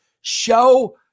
show